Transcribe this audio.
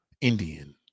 Indian